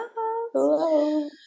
Hello